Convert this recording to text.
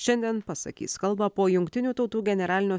šiandien pasakys kalbą po jungtinių tautų generalinio